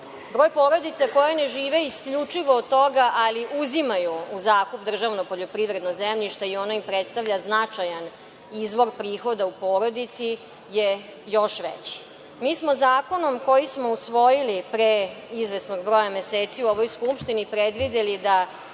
Broj porodica koje ne žive isključivo od toga, ali uzimaju u zakup državno poljoprivredno zemljište i ono im predstavlja značajan izvor prihoda u porodici je još veći. Mi smo zakonom, koji smo usvojili pre izvesnog broja meseci u ovoj Skupštini, predvideli da